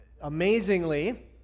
amazingly